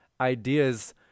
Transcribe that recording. ideas